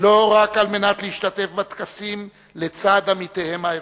לא רק על מנת להשתתף בטקסים לצד עמיתיהם האירופים.